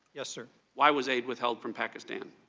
yes sir. why was eight withheld from pakistan?